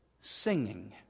singing